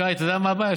שי, אתה יודע מה הבעיה?